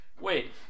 wait